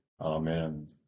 Amen